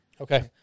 Okay